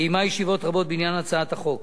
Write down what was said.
קיימה ישיבות רבות בעניין הצעת החוק.